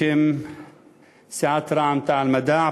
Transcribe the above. בשם סיעת רע"ם-תע"ל-מד"ע,